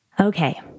Okay